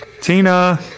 Tina